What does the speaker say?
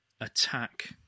attack